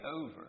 over